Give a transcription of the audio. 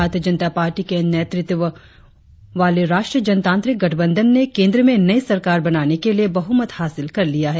भारतीय जनता पार्टी के नेतृत्व वाले राष्ट्रीय जनतांत्रिक गठबंधन ने केंद्र में नई सरकार बनाने के लिए बहुमत हासिल कर लिया है